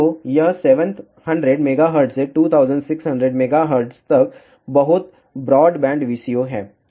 तो यह 700 MHz से 2600 MHz तक बहुत ब्रॉडबैंड VCO है